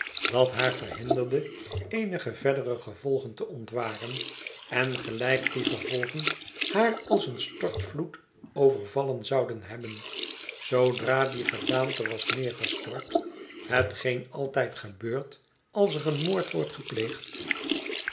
dat haar verhinderde eenige verdere gevolgen te ontwaren en gelijk die gevolgen haar als een stortvloed overvallen zouden hebben zoodra die gedaante was neergestort hetgeen altijd gebeurt als er een moord wordt gepleegd